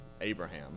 Abraham